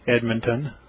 Edmonton